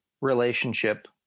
relationship